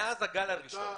מאז הגל הראשון.